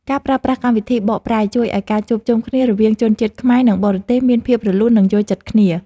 ការប្រើប្រាស់កម្មវិធីបកប្រែជួយឱ្យការជួបជុំគ្នារវាងជនជាតិខ្មែរ និងបរទេសមានភាពរលូននិងយល់ចិត្តគ្នា។